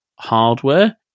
hardware